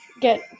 get